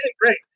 great